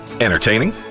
Entertaining